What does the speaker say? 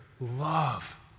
love